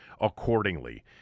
accordingly